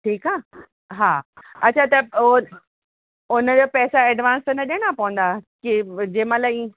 ठीकु आहे हा अच्छा त उहो हुनजो पैसा एडवांस त न ॾियणा पवंदा कि जंहिं महिल ई